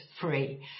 free